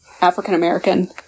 African-American